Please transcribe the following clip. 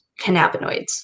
cannabinoids